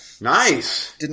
Nice